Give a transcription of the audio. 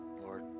Lord